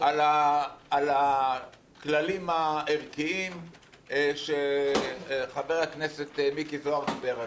על הכללים הערכיים שחבר הכנסת מיקי זוהר דיבר עליהם.